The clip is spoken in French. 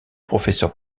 professeur